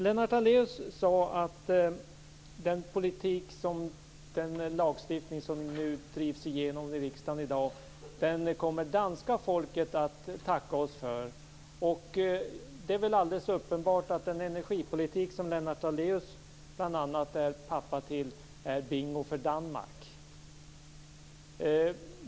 Lennart Daléus sade att den lagstiftning som nu drivs igenom i riksdagen i dag kommer det danska folket att tacka oss för. Det är väl alldeles uppenbart att den energipolitik som bl.a. Lennart Daléus är pappa till är bingo för Danmark.